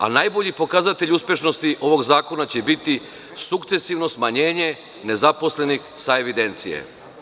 Anajbolji pokazatelj uspešnosti ovog zakona će biti sukcesivno smanjenje nezaposlenih sa evidencije.